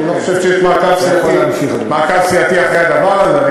אני לא חושב שיש מעקב סיעתי אחרי הדבר הזה,